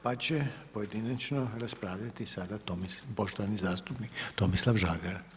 Pa će pojedinačno raspravljati sada poštovani zastupnik Tomislav Žagar.